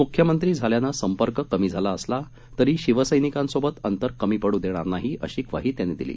मुख्यमंत्री झाल्यानं संपर्क कमी झाला असला तरी शिवसैनिकांसोबत अंतर कमी पडू देणार नाही अशी ग्वाही त्यांनी दिली